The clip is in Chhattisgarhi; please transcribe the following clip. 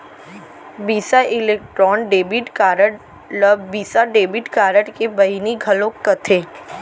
बिसा इलेक्ट्रॉन डेबिट कारड ल वीसा डेबिट कारड के बहिनी घलौक कथें